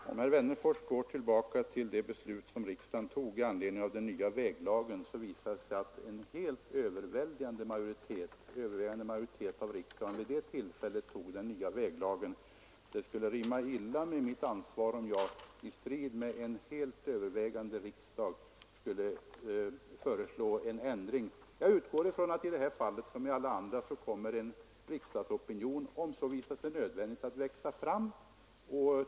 Herr talman! Om herr Wennerfors går tillbaka till det beslut som riksdagen tog i anledning av den nya väglagen skall han finna att en överväldigande majoritet av riksdagen stod bakom förslaget. Det skulle rimma illa med mitt ansvar, om jag i strid med en praktiskt taget enig riksdag skulle föreslå en ändring. Jag utgår från att i detta fall som i alla andra en riksdagsopinion kommer att växa fram om så visar sig befogat.